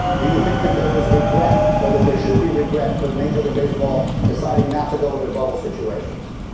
do you think that there was regret or that there should be regret for major league baseball deciding not to go into bubble situations?